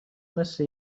مثل